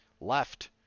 left